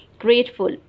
Grateful